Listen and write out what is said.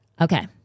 Okay